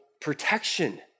protection